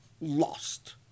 lost